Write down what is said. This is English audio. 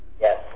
Yes